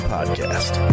Podcast